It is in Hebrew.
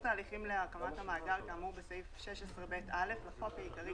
ההליכים להקמת המאגר כאמור בסעיף 16ב(א) לחוק העיקרי,